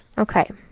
ok.